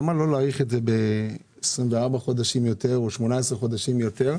לכן למה לא להאריך את התקופה בעוד 24 חודשים או ב-18 חודשים יותר?